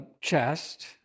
chest